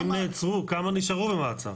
ואם נעצרו, כמה נשארו במעצר?